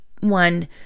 one